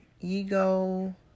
ego